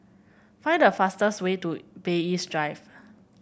find the fastest way to Bay East Drive